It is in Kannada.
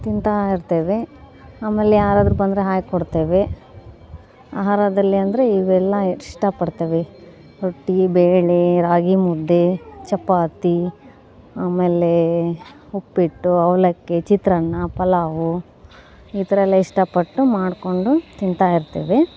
ತಿಂತಾ ಇರ್ತೇವೆ ಆಮೇಲೆ ಯಾರಾದ್ರೂ ಬಂದರೆ ಹಾಕಿ ಕೊಡ್ತೇವೆ ಆಹಾರದಲ್ಲಿ ಅಂದರೆ ಇವೆಲ್ಲ ಇಷ್ಟ ಪಡ್ತೇವೆ ರೊಟ್ಟಿ ಬೇಳೆ ರಾಗಿಮುದ್ದೆ ಚಪಾತಿ ಆಮೇಲೆ ಉಪ್ಪಿಟ್ಟು ಅವಲಕ್ಕಿ ಚಿತ್ರಾನ್ನ ಪಲಾವು ಈ ಥರ ಎಲ್ಲ ಇಷ್ಟ ಪಟ್ಟು ಮಾಡಿಕೊಂಡು ತಿಂತಾಯಿರ್ತೇವೆ